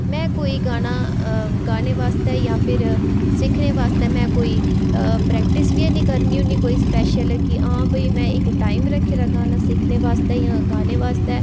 में कोई गाना गाने बास्तै जां फिर सिक्खने बास्तै में कोई प्रैक्टिस बी हैन्नी करनी होन्नी कोई स्पैशल इक कि हां भाई में इक टाइम रक्खे दा गाना सिक्खने बास्तै जां गाने बास्ते